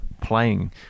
playing